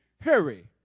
Hurry